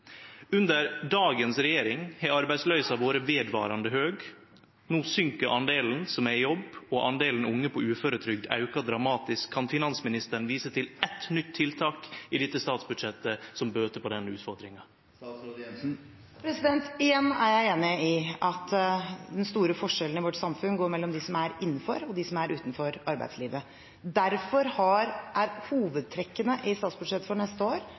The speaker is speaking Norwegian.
Under dagens regjering har arbeidsløysa vore vedvarande høg. No minkar delen som er i jobb, og delen unge på uføretrygd aukar dramatisk. Kan finansministeren vise til eitt nytt tiltak i dette statsbudsjettet som bøter på den utfordringa? Igjen er jeg enig i at den store forskjellen i vårt samfunn går mellom dem som er innenfor arbeidslivet, og dem som er utenfor. Derfor handler hovedtrekkene i statsbudsjettet for neste år